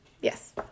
Yes